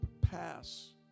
pass